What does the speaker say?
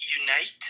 unite